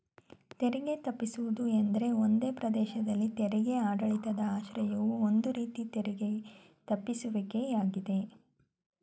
ತೆರಿಗೆ ತಪ್ಪಿಸುವುದು ಎಂದ್ರೆ ಒಂದೇ ಪ್ರದೇಶದಲ್ಲಿ ತೆರಿಗೆ ಆಡಳಿತದ ಆಶ್ರಯವು ಒಂದು ರೀತಿ ತೆರಿಗೆ ತಪ್ಪಿಸುವಿಕೆ ಯಾಗಿದೆ